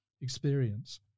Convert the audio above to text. experience